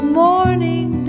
morning